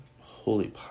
holy